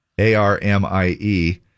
A-R-M-I-E